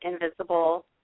invisible